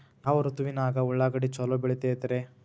ಯಾವ ಋತುವಿನಾಗ ಉಳ್ಳಾಗಡ್ಡಿ ಛಲೋ ಬೆಳಿತೇತಿ ರೇ?